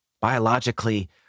Biologically